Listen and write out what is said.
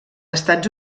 estats